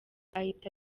ahita